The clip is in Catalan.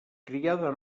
criada